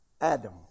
Adam